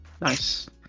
nice